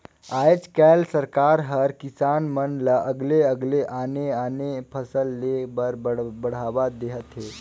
आयज कायल सरकार हर किसान मन ल अलगे अलगे आने आने फसल लेह बर बड़हावा देहत हे